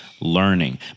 learning